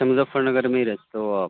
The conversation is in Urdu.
اچھا مظفر نگر میں ہی رہتے ہو آپ